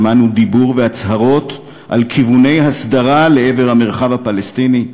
שמענו דיבור והצהרות על כיווני הסדרה לעבר המרחב הפלסטיני,